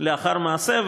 לאחר מעשה.